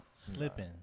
slipping